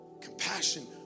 compassion